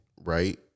Right